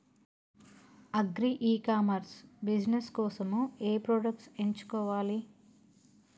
Agri e commerce business కోసము ఏ products ఎంచుకోవాలి?